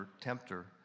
tempter